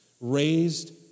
raised